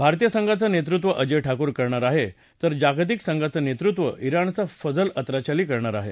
भारतीय संघाचं नेतृत्व अजय ठाकूर करणार आहेत तर जागतिक संघांचं नेतृत्व इराणचा फजल अत्राचली करणार आहे